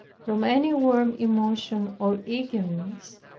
from any warm emotion or eagerness,